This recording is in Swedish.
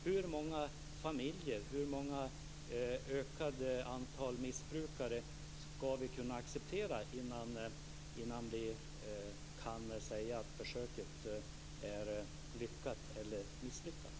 Hur många familjer, hur många fler missbrukare ska vi acceptera innan vi kan säga att försöket är lyckat eller misslyckat?